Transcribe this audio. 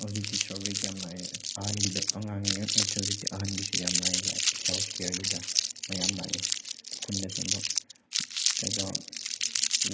ꯍꯧꯖꯤꯛꯇꯤ ꯁꯔꯕꯦ ꯀꯌꯥꯝ ꯂꯥꯛꯑꯦ ꯑꯉꯥꯡꯒꯤ ꯉꯥꯛ ꯅꯠꯇ꯭ꯔꯦ ꯍꯧꯖꯤꯛꯇꯤ ꯑꯍꯟꯒꯤꯁꯨ ꯌꯥꯝ ꯂꯥꯛꯑꯦ ꯂꯥꯛꯑꯦ ꯍꯦꯜꯠ ꯀꯤꯌꯔꯒꯤꯗ ꯃꯌꯥꯝ ꯂꯥꯛꯏ ꯈꯨꯟꯗꯁꯨ ꯑꯃꯨꯔꯛ ꯀꯩꯀꯥ